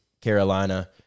Carolina